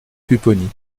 pupponi